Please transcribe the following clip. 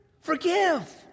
forgive